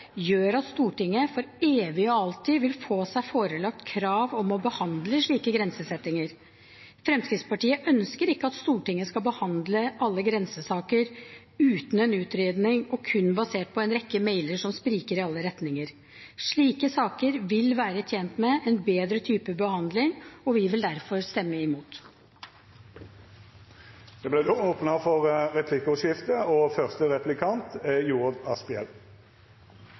gjør at Stortinget for evig og alltid vil få seg forelagt krav om å behandle slike grensesettinger. Fremskrittspartiet ønsker ikke at Stortinget skal behandle alle grensesaker uten en utredning og kun basert på en rekke mailer som spriker i alle retninger. Slike saker vil være tjent med en bedre type behandling, og vi vil derfor stemme imot. Det vert replikkordskifte.